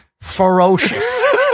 ferocious